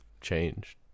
changed